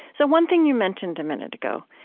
so one thing you mentioned a minute ago,